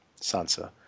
Sansa